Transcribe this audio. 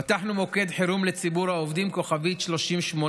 פתחנו מוקד חירום לציבור העובדים, *3080,